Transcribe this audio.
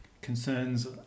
concerns